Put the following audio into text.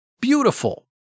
beautiful